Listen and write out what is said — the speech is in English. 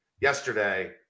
yesterday